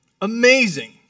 Amazing